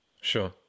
Sure